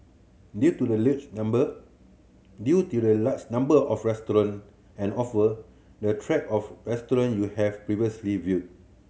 due to the number due to the large number of restaurant and offer the track of restaurant you have previously viewed